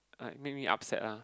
like make me upset ah